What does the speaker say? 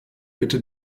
bitte